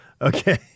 Okay